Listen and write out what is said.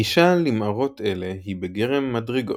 הגישה למערות אלה היא בגרם מדרגות,